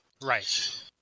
Right